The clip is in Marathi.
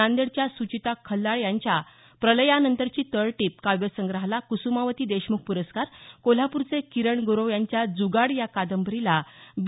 नांदेडच्या सुचिता खल्लाळ यांच्या प्रलयानंतरची तळटीप काव्य संग्रहाला कुसुमावती देशमुख पुरस्कार कोल्हापूरचे किरण गुरव यांच्या जुगाड या कादंबरीला बी